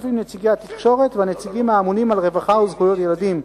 עם נציגי התקשורת והנציגים האמונים על רווחה וזכויות ילדים.